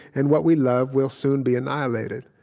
and what we love, will soon be annihilated.